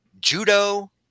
judo